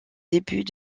débuts